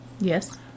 yes